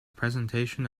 presentation